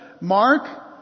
Mark